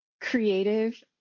creative